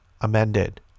amended